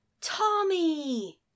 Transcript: Tommy